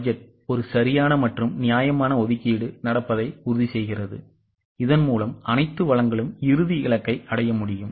budget ஒரு சரியான மற்றும் நியாயமான ஒதுக்கீடு நடப்பதை உறுதிசெய்கிறது இதன் மூலம் அனைத்து வளங்களும் இறுதி இலக்கை அடைய முடியும்